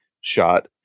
shot